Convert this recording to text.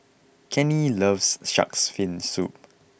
Kenney loves shark's fin soup